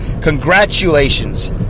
Congratulations